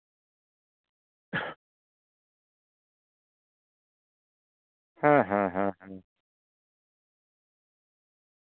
ᱦᱮᱸ ᱦᱮᱸ ᱦᱮᱸ